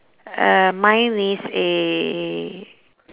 uh mine is a